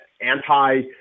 anti